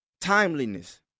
Timeliness